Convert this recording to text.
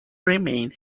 remain